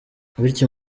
bityo